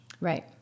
Right